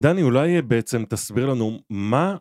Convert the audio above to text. דני, אולי בעצם תסביר לנו מה...